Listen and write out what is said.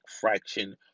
fraction